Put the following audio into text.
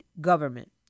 government